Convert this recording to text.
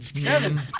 Kevin